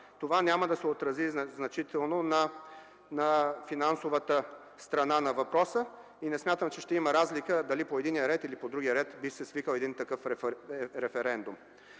това няма да се отрази значително на финансовата страна на въпроса. Не смятам, че ще има разлика дали по единия или по другия ред би се свикал един референдум.